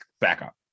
backup